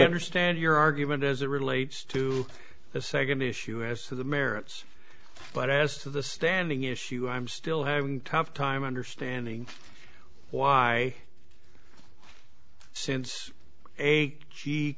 understand your argument as it relates to the second issue as to the merits but as to the standing issue i'm still having tough time understanding why since